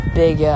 big